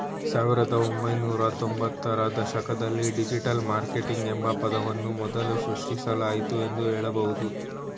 ಸಾವಿರದ ಒಂಬೈನೂರ ತ್ತೊಂಭತ್ತು ರ ದಶಕದಲ್ಲಿ ಡಿಜಿಟಲ್ ಮಾರ್ಕೆಟಿಂಗ್ ಎಂಬ ಪದವನ್ನು ಮೊದಲು ಸೃಷ್ಟಿಸಲಾಯಿತು ಎಂದು ಹೇಳಬಹುದು